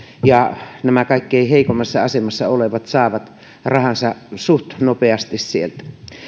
ja nämä kaikkein heikoimmassa asemassa olevat saavat rahansa suht nopeasti sieltä